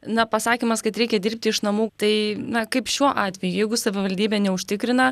na pasakymas kad reikia dirbti iš namų tai na kaip šiuo atveju jeigu savivaldybė neužtikrina